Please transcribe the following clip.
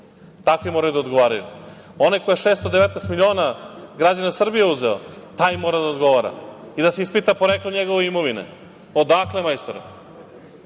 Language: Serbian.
Takvi moraju da odgovaraju. Onaj ko je 619 miliona od građana Srbije uzeo, taj mora da odgovara i da se ispita poreklo njegove imovine. Odakle majstore?